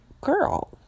girl